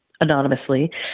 anonymously